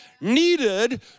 needed